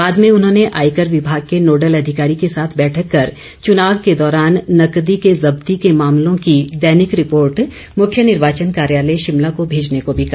बाद में उन्होंने आयकर विभाग के नोडल अधिकारी के साथ बैठक कर चुनाव के दौरान नकदी के जब्ती के मामलों की दैनिक रिपोर्ट मुख्य निर्वाचन कार्यालय शिमला को भेजने को भी कहा